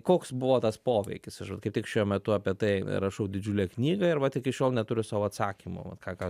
koks buvo tas poveikis kaip tik šiuo metu apie tai rašau didžiulę knygą ir vat iki šiol neturiu sau atsakymo vat ką ką